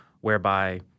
whereby